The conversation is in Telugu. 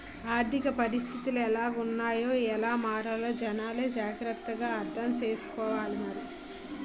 ఆర్థిక పరిస్థితులు ఎలాగున్నాయ్ ఎలా మారాలో జనాలే జాగ్రత్త గా అర్థం సేసుకోవాలి మరి